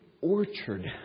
orchard